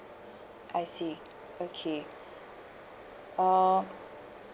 I see okay um